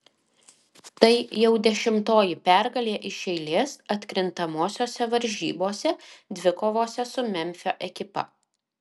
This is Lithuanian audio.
tai jau dešimtoji pergalė iš eilės atkrintamosiose varžybose dvikovose su memfio ekipa